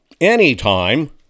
anytime